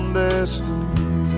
destiny